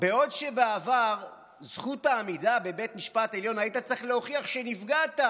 בעוד שבעבר לזכות העמידה בבית משפט עליון היית צריך להוכיח שנפגעת,